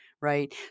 right